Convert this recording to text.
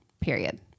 period